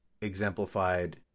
exemplified